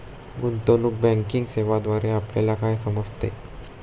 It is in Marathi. गुंतवणूक बँकिंग सेवांद्वारे आपल्याला काय समजते?